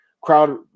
crowd